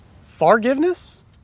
Forgiveness